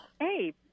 hey